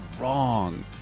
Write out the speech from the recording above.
wrong